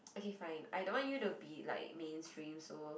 okay fine I don't want you to be like mainstream so